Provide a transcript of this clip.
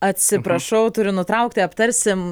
atsiprašau turiu nutraukti aptarsim